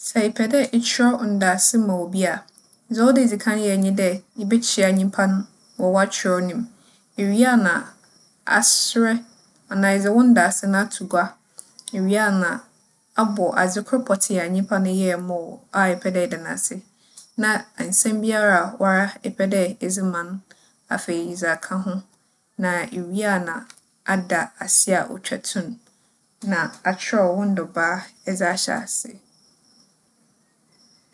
Sɛ epɛ dɛ ekyerɛw ndaase ma obi a, dza ͻwͻ dɛ idzi kan yɛ nye dɛ ibekyia nyimpa no wͻ w'akyerɛw no mu. Iwie a na aserɛ anaa edze wo ndaase no ato gua. Iwie a na abͻ adzekor pͻtsee a nyimpa no yɛe maa wo a epɛ dɛ eda no ase, na nsɛm biara a woara epɛ dɛ edze ma no no, afei edze aka ho. Na iwie a na ada ase a otwa tun na akyerɛw wo ndͻbaa edze ahyɛ ase.